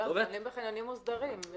הם חונים בחניונים מוסדרים.